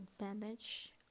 advantage